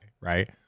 right